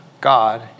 God